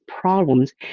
problems